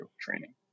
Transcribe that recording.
training